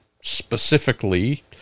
specifically